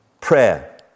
prayer